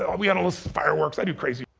ah we and all this fireworks, i do crazy,